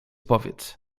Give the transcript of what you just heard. powiedz